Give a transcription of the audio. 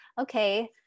okay